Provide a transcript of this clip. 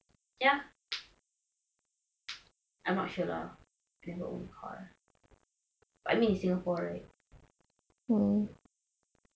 ya I'm not sure lah but this is singapore right